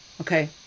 Okay